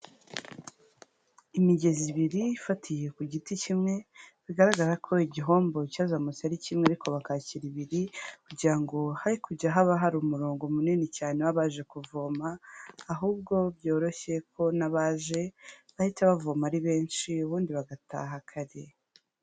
Imigezi ibiri ifatiye ku giti kimwe bigaragara ko igihombo cyazamutse ari kimwe ariko bakahashyira ibiri kugira ngo he kujya haba hari umurongo munini cyane w'abaje kuvoma ahubwo byoroshye ko n'abaje bahita bavoma ari benshi ubundi bagataha kare.